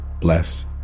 bless